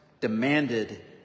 demanded